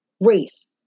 race